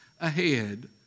ahead